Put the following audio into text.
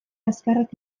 azkarrak